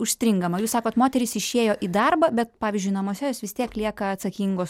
užstringama jūs sakot moterys išėjo į darbą bet pavyzdžiui namuose jos vis tiek lieka atsakingos